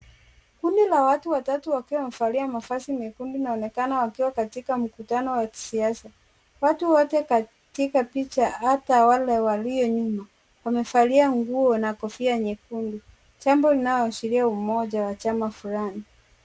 Kundi la watu watatu wakiwa wamevalia mavazi mekundu inaonekana wakiwa katika mkutano wa kisiasa. Watu wote katika picha, hata wale walio nyuma wamevalia nguo na kofua nyekundu, jambo linaloashiria umoja wa chama fulani.